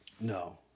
No